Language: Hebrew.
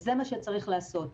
זה מה שצריך לעשות.